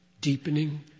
deepening